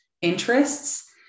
interests